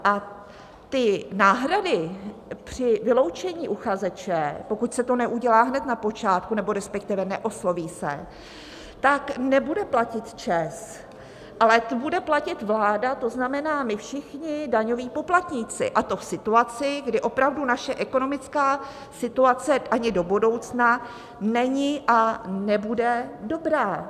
A ty náhrady při vyloučení uchazeče, pokud se to neudělá hned na počátku, nebo respektive neosloví se, nebude platit ČEZ, ale ty bude platit vláda, to znamená my všichni daňoví poplatníci, a to v situaci, kdy opravdu naše ekonomická situace ani do budoucna není a nebude dobrá.